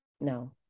no